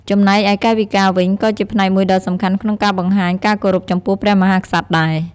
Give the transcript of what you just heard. ចំណែកឯកាយវិការវិញក៏ជាផ្នែកមួយដ៏សំខាន់ក្នុងការបង្ហាញការគោរពចំពោះព្រះមហាក្សត្រដែរ។